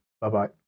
Bye-bye